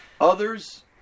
others